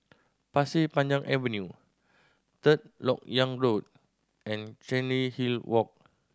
Pasir Panjang Avenue Third Lok Yang Road and Chancery Hill Walk